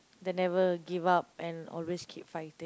the never give up and always keep fighting